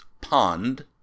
pond